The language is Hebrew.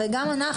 הרי גם אנחנו,